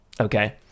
okay